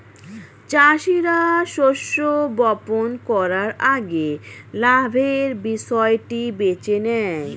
চাষীরা শস্য বপন করার আগে লাভের বিষয়টি বেছে নেয়